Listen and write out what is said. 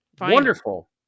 wonderful